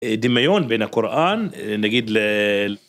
דמיון בין הקוראן נגיד ל...